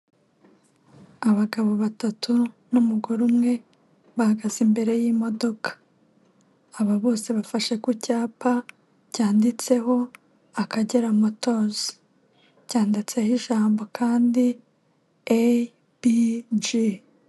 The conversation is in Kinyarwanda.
Abagabo batatu n'umugore umwe bahagaze imbere y'imodoka, aba bose bafashe ku cyapa cyanditseho akagera motozi cyanditseho ijambo kandi A B G.